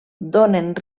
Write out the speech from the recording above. donen